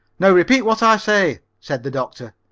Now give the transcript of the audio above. now repeat what i say, said the doctor.